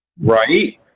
right